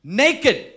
naked